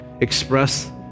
express